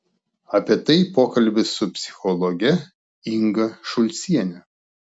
apie tai pokalbis su psichologe inga šulciene